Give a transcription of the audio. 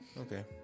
Okay